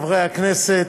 האחרונים.